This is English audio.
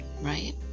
right